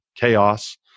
chaos